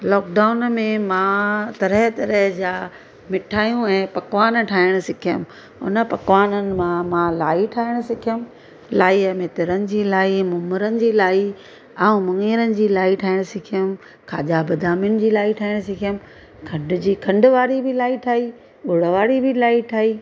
lockdown में मां तरह तरह जा मिठाईयूं ऐं पकवान ठाहिण सिखियमि हुन पकवान मां मां लाई ठाहिण सिखियमि लाईअ में तिरनि जी लाई मू मूरनि जी लाई ऐं मूङेरनि जी लाई ठाहिण सिखियमि खाजा बदामीन जी लाई ठाहिण सिखियमि खंड जी खंड वारी लाई ठाही गुण वारी बि लाई ठाही